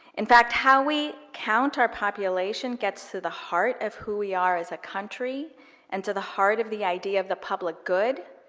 in fact, how we count our population gets to the heart of who we are as a country and to the heart of the idea the public good.